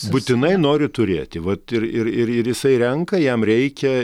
būtinai noriu turėti vat ir ir ir ir jisai renka jam reikia